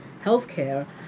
healthcare